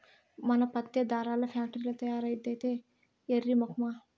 మన పత్తే దారాల్ల ఫాక్టరీల్ల తయారైద్దే ఎర్రి మొకమా